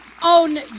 on